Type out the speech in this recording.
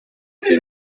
qui